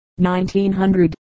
1900